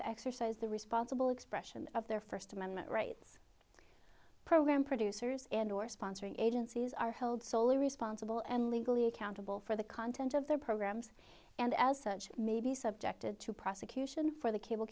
to exercise the responsible expression of their first amendment rights programme producers and or sponsoring agencies are held soley responsible and legally accountable for the content of their programs and as such may be subjected to prosecution for the cable